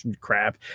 crap